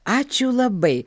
ačiū labai